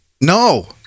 no